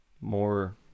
more